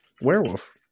werewolf